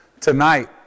tonight